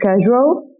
casual